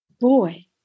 boy